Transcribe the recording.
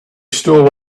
stole